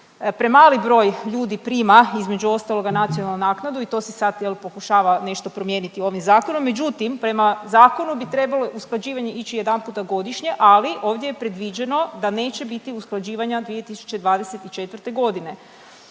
Premali broj ljudi prima između ostaloga nacionalu naknadu i to se sad jel pokušava nešto promijeniti ovim zakonom, međutim prema zakonu bi trebalo usklađivanje ići jedanputa godišnje, ali ovdje je predviđeno da neće biti usklađivanja 2024. godine.